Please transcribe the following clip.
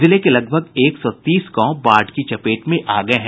जिले के लगभग एक सौ तीस गांव बाढ़ की चपेट में आ गये हैं